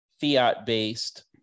fiat-based